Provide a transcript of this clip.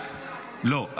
לא.